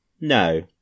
no